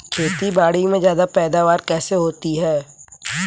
खेतीबाड़ी में ज्यादा पैदावार कैसे होती है?